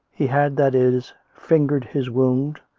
he had, that is, fingered his wound,